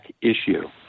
issue